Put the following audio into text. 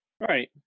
Right